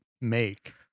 make